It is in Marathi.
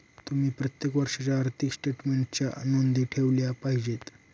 तुम्ही प्रत्येक वर्षाच्या आर्थिक स्टेटमेन्टच्या नोंदी ठेवल्या पाहिजेत